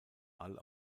all